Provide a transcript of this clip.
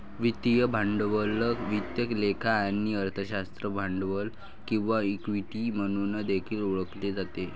वित्तीय भांडवल वित्त लेखा आणि अर्थशास्त्रात भांडवल किंवा इक्विटी म्हणून देखील ओळखले जाते